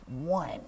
one